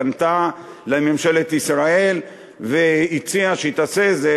פנתה לממשלת ישראל והציעה שהיא תעשה את זה,